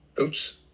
Oops